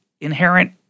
inherent